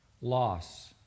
loss